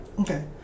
Okay